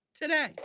today